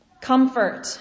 Comfort